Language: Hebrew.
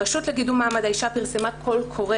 הרשות לקידום מעמד האישה פרסמה קול קורא